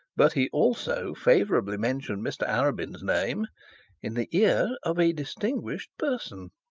but he also favourably mentioned mr arabin's name in the ear of a distinguished person.